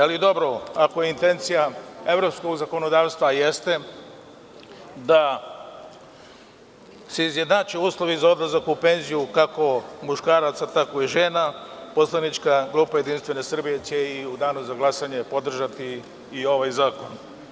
Ali dobro, ako je intencija evropskog zakonodavstva, a jeste, da se izjednače uslovi za odlazak u penziju, kako muškaraca, tako i žena, poslanička grupa JS će u danu za glasanje podržati i ovaj zakon.